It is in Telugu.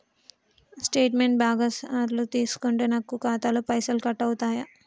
స్టేట్మెంటు బాగా సార్లు తీసుకుంటే నాకు ఖాతాలో పైసలు కట్ అవుతయా?